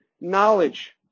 knowledge